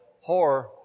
horror